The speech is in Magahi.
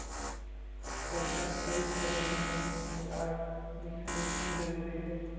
कर्जा तय करे लगी निश्चित आय विश्लेषण जरुरी हई